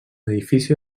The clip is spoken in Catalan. edifici